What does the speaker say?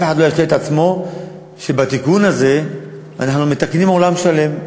אחד לא ישלה את עצמו שבתיקון הזה אנחנו מתקנים עולם שלם,